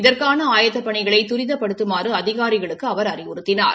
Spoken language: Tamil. இதற்கான ஆயத்தப் பணிகளை துரிதப்படுத்துமாறு அதிகாரிகளுக்கு அவர் அழிவுறுத்தினார்